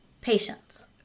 patience